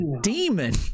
demon